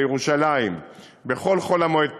לירושלים בכל חול-המועד פסח,